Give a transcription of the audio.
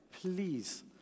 Please